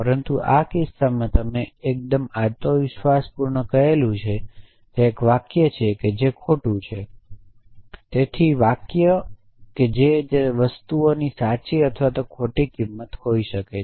પરંતુ આ કિસ્સામાં તમે એકદમ આત્મવિશ્વાસપૂર્વક કહ્યું છે કે તે એક વાક્ય છે જે ખોટું છે તેથી વાક્યો જે તે વસ્તુઓ છે જે સાચી કે ખોટી હોઈ શકે છે